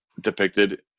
depicted